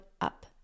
up